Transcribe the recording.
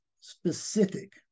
specific